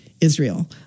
Israel